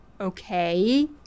Okay